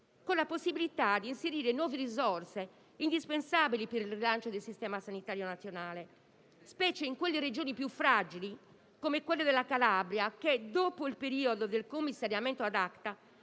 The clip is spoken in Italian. con la possibilità di inserire nuove risorse indispensabili per il rilancio del Sistema sanitario nazionale, specie in quelle Regioni più fragili come la Calabria che, dopo il periodo del commissariamento *ad acta*,